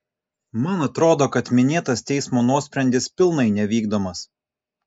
man atrodo kad minėtas teismo nuosprendis pilnai nevykdomas